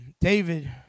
David